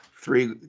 three